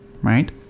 right